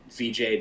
VJ